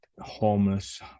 homeless